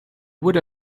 would